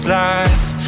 life